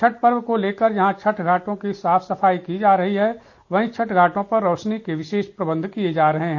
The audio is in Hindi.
छठ पर्व को लेकर जहां छठ घाटों की साफ सफाई की जा रही हैं वहीं छठ घाटों पर रौशनी के विशेष प्रबन्ध किये जा रहे हैं